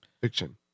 fiction